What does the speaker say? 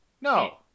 No